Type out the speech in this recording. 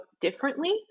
differently